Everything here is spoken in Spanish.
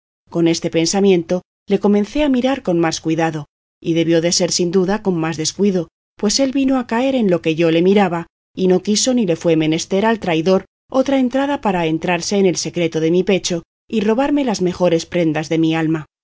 con este pensamiento le comencé a mirar con más cuidado y debió de ser sin duda con más descuido pues él vino a caer en que yo le miraba y no quiso ni le fue menester al traidor otra entrada para entrarse en el secreto de mi pecho y robarme las mejores prendas de mi alma